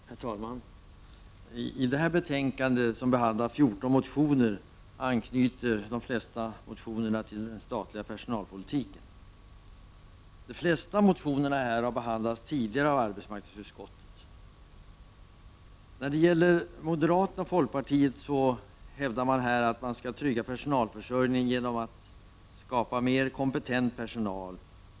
Herr talman! I det här betänkandet som behandlar 14 motioner anknyter de flesta motionerna till den statliga personalpolitiken. De flesta motionerna har behandlats tidigare av arbetsmarknadsutskottet. Moderaterna och folkpartiet hävdar att man skall trygga personalförsörjningen genom att skapa mer kompetent personal.